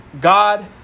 God